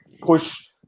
push